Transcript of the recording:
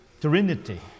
Trinity